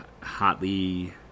hotly